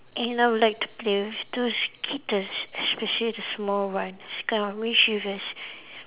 and I would like to play with those kittens especially the small ones kind of mischievous